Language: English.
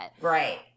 right